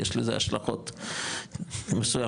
יש לזה השלכות מסוימות,